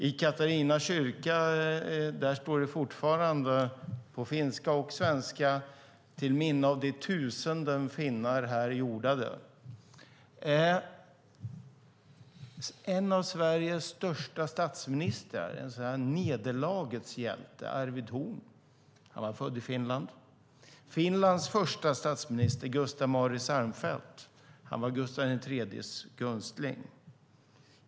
I Katarina kyrka står fortfarande på finska och svenska: Till minne av de tusende finnar här jordade. En av Sveriges största statsministrar, en nederlagets hjälte, är Arvid Horn. Han var född i Finland. Finlands förste statsminister Gustaf Mauritz Armfeldt var Gustav den III:s gunstling.